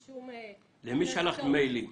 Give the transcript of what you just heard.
למי שלחת מיילים?